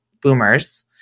boomers